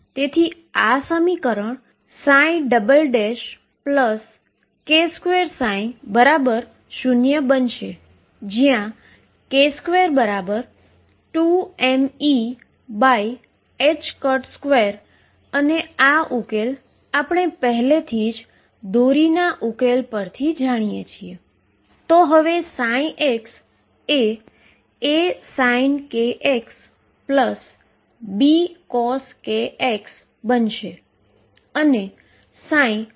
તેથી જો હું આ પોટેંશિયલ પર નજર કરું છું તો આ નવુ વેવ ફંક્શન ઉદગમબિંદુ ઉપર 0 છે જે ઉપર જાય છે અને બીજી બાજુ નીચે આવે છે આ રીતે ચાલ્યા કરે છે